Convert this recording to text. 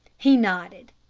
he nodded.